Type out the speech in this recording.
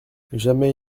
jamais